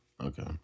Okay